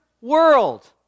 world